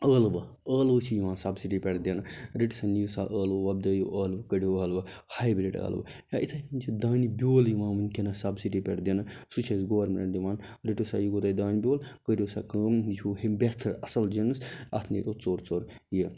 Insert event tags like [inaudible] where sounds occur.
ٲلوٕ ٲلوٕ چھِ یِوان سبسڈی پٮ۪ٹھ دِنہٕ رٔٹِو سا نِیو سا ٲلوٕ وۄبدٲیِو ٲلوٕ کٔڑِو ٲلوٕ ہایبرٛڈ ٲلوٕ یا یِتھے کٔنۍ چھِ دانہِ بیٛول یِوان وُنٛکیٚس سبسڈی پٮ۪ٹھ دنہٕ سُہ چھُ اسہِ گورمیٚنٛٹ دِوان رٔٹِو سا یہِ گوٚو تۄہہِ دانہِ بیٛول کٔرٕو سا کٲم [unintelligible] بہتر اصٕل جنس اتھ نیریٚو ژوٚر ژوٚر یہِ